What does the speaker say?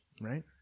Right